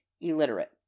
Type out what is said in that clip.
illiterate